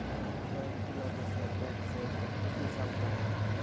ওলেক গুলা দ্যাশে ট্যাক্স এ কম্পিটিশাল ক্যরে